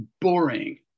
boring